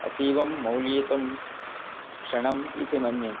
अतीवं मौल्ययुक्तं क्षणम् इति मन्ये